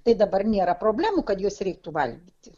tai dabar nėra problemų kad juos reiktų valgyti